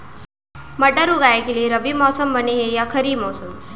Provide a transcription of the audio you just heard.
मटर उगाए के लिए रबि मौसम बने हे या खरीफ मौसम?